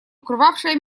укрывавшее